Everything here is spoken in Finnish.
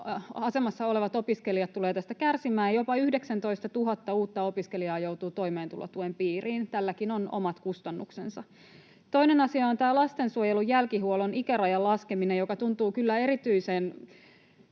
asemassa olevat opiskelijat tulevat tästä kärsimään. Jopa 19 000 uutta opiskelijaa joutuu toimeentulotuen piiriin. Tälläkin on omat kustannuksensa. Toinen asia on tämä lastensuojelun jälkihuollon ikärajan laskeminen, joka tuntuu kyllä erityisen